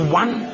one